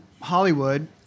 Hollywood